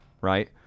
right